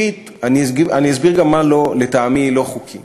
אני אסביר גם מה לטעמי לא חוקי.